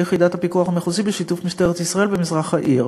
יחידת הפיקוח המחוזי בשיתוף משטרת ישראל במזרח העיר.